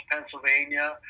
Pennsylvania